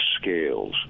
scales